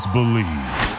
Believe